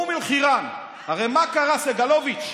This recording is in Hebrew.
באום אל-חיראן, הרי מה קרה, סגלוביץ'?